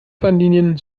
bahnlinien